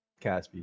Caspi